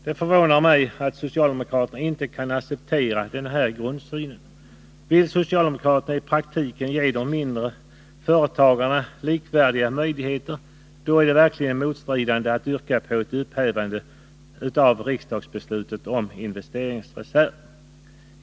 Det förvånar mig att socialdemokraterna inte kan acceptera denna grundsyn. Vill socialdemokraterna i praktiken ge de mindre företagarna likvärdiga möjligheter, då är det verkligen motstridande att yrka på ett upphävande av riksdagsbeslutet om investeringsreserv.